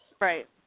right